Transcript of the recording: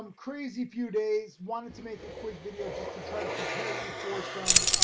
um crazy few days, wanted to make a quick video, just to try to prepare you for some,